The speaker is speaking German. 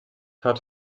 hat